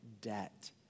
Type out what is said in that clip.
debt